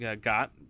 got